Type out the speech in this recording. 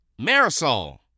Marisol